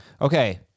Okay